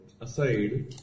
aside